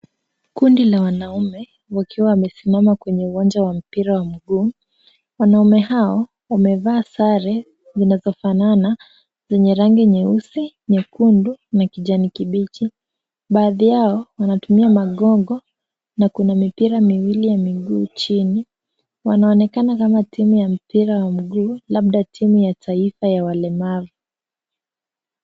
Kundi la wanaume wakiwa wamesimama kwenye uwanja wa mpira wa mguu, wanaume hawa wamevaa sare zinazofanana za rangi nyeusi, nyekundu na kijani kibichi. Baadhi yao wanatumia magongo na kuna mipira miwili ya miguu chini, wanaonekana kama timu ya taifa ya miguu, labda timu ya taifa ya walemavu.